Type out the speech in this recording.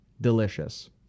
delicious